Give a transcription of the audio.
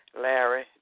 Larry